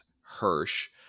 Hirsch